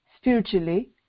spiritually